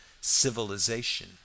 Civilization